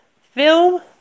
film